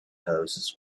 houses